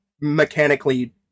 mechanically